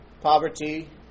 poverty